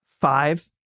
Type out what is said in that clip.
Five